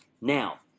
Now